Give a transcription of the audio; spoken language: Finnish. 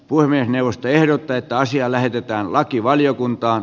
puhemiesneuvosto ehdottaa että asia lähetetään lakivaliokuntaan